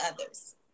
others